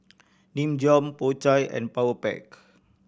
Nin Jiom Po Chai and Powerpac